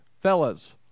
fellas